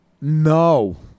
No